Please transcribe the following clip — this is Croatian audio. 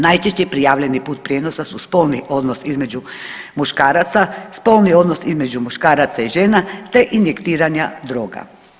Najčešće prijavljeni put prijenosa su spolni odnos između muškaraca, spolni odnos između muškaraca i žena te injektiranja droga.